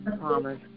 promise